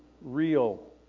real